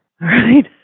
right